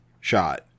shot